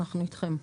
אנחנו אתכם.